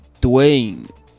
Dwayne